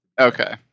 okay